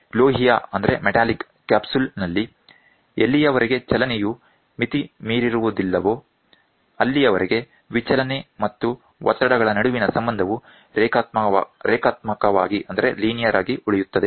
ಲೋಹೀಯ ಕ್ಯಾಪ್ಸೂಲ್ ನಲ್ಲಿ ಎಲ್ಲಿಯವರೆಗೆ ಚಲನೆಯು ಮಿತಿಮೀರಿರುವುದಿಲ್ಲವೋ ಅಲ್ಲಿಯವರೆಗೆ ವಿಚಲನೆ ಮತ್ತು ಒತ್ತಡಗಳ ನಡುವಿನ ಸಂಬಂಧವು ರೇಖಾತ್ಮಕವಾಗಿ ಉಳಿಯುತ್ತದೆ